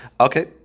Okay